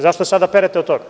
Zašto se sada perete od toga?